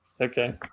Okay